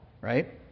right